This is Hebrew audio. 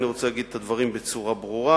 לכן, אני רוצה לומר את הדברים בצורה ברורה: